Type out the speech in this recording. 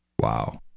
Wow